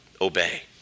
obey